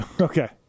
Okay